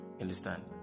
understand